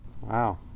Wow